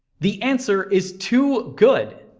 the answer is two good!